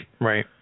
Right